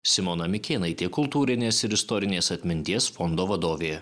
simona mikėnaitė kultūrinės ir istorinės atminties fondo vadovė